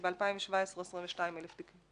וב-2017 נפתחו 22,000 תיקים.